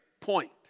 point